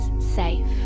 safe